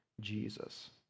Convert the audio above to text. Jesus